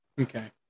Okay